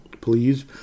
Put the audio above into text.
Please